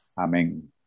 Amen